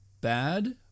bad